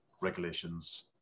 regulations